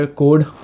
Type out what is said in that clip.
code